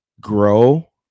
grow